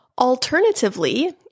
Alternatively